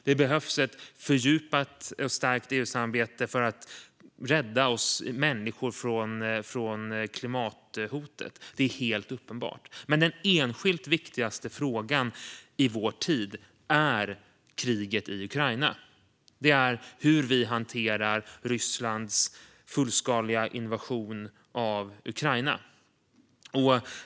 Det behövs ett fördjupat och stärkt EU-samarbete för att rädda oss människor från klimathotet. Det är helt uppenbart. Men den enskilt viktigaste frågan i vår tid är kriget i Ukraina och hur vi hanterar Rysslands fullskaliga invasion av Ukraina.